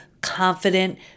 confident